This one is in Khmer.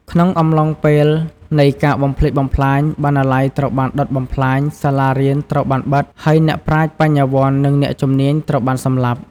ក្នុងអំឡុងពេលនៃការបំផ្លិចបំផ្លាញ បណ្ណាល័យត្រូវបានដុតបំផ្លាញ សាលារៀនត្រូវបានបិទ ហើយអ្នកប្រាជ្ញ បញ្ញវន្ត និងអ្នកជំនាញត្រូវបានសម្លាប់។